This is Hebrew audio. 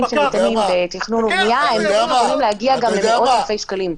שניתנים בתכנון ובנייה הם אמורים להגיע גם למאות אלפי שקלים.